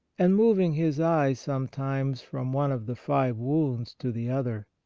and moving his eyes some times from one of the five wounds to the other.